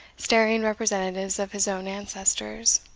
staring representatives of his own ancestors.